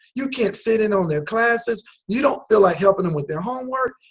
you can't sit in on their classes, you don't feel like helping them with their homework.